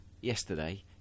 yesterday